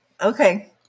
Okay